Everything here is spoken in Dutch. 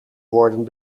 worden